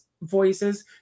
voices